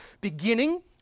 beginning